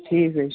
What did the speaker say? ٹھیٖک حظ چھُ